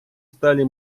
стали